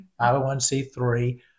501c3